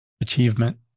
achievement